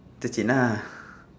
interchange ah